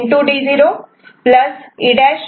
D0 E'